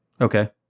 Okay